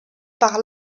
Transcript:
par